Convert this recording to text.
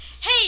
hey